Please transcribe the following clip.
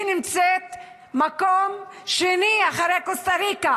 היא נמצאת במקום שני אחרי קוסטה ריקה